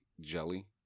jelly